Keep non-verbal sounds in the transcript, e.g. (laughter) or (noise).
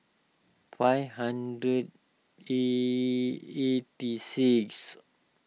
five hundred (hesitation) eighty six